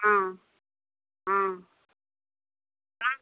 हाँ हाँ हाँ